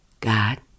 God